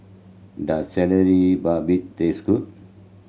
does babat taste good